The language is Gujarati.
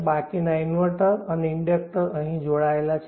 બાકીના ઇન્વર્ટર અને ઇન્ડેક્ટર અહીં જોડાયેલા છે